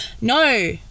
no